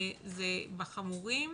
זה בחמורים